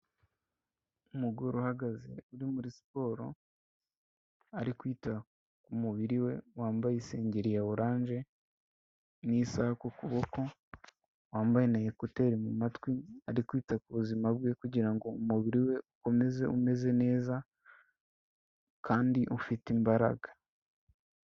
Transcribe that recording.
Umugore uhagaze uri muri siporo, ari kwita ku mubiri we, wambaye isengeri ya oranje, n'isaha ku kuboko, wambaye wambaye na ekuteri mu mumatwi, ari kwita ku buzima bwe kugira ngo umubiri we ukomeze umeze neza, kandi ufite imbaraga.